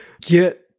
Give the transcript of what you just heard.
get